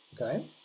okay